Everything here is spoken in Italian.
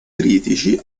critici